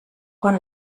quan